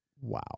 Wow